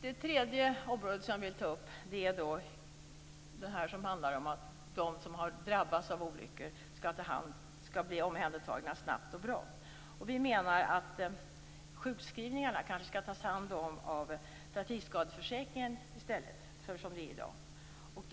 Det tredje området som jag vill ta upp är det som handlar om att de som har drabbats av olyckor skall bli omhändertagna snabbt och bra. Vi menar att sjukskrivningarna skall tas hand om av trafikskadeförsäkringen, i stället för som det är i dag.